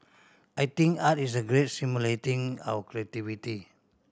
I think art is a great stimulating our creativity